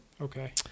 Okay